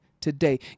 today